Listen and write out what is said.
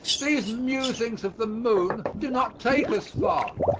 these musings of the moon do not take us far.